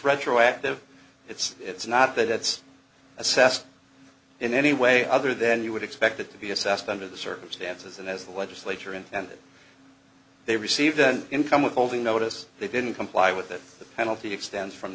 retroactive it's it's not that it's assessed in any way other than you would expect it to be assessed under the circumstances and as the legislature intended they received an income withholding notice they didn't comply with that the penalty extends from